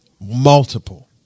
multiple